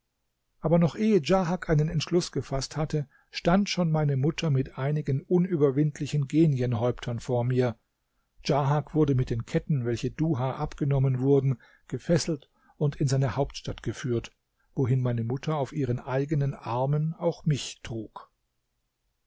aber noch ehe djahak einen entschluß gefaßt hatte stand schon meine mutter mit einigen unüberwindlichen genienhäuptern vor mir djahak wurde mit den ketten welche duha abgenommen wurden gefesselt und in seine hauptstadt geführt wohin meine mutter auf ihren eigenen armen auch mich trug